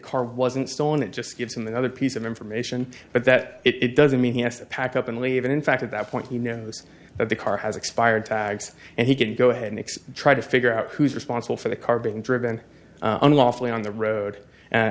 car wasn't stolen it just gives him another piece of information but that it doesn't mean he has to pack up and leave and in fact at that point he knows that the car has expired tags and he can go ahead next try to figure out who's responsible for the car being driven unlawfully on the road and